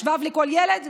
שבב לכל ילד?